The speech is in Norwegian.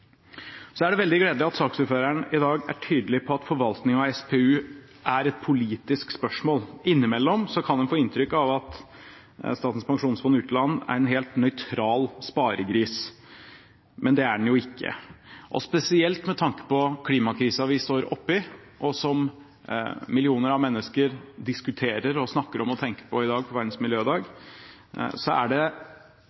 Så er det veldig gledelig at saksordføreren i dag er tydelig på at forvaltningen av SPU er et politisk spørsmål. Innimellom kan en få inntrykk av at Statens pensjonsfond utland er en helt nøytral sparegris, men det er den jo ikke. Spesielt med tanke på klimakrisen vi står oppe i, og som millioner av mennesker diskuterer og snakker om og tenker på i dag, på Verdens miljødag, er det,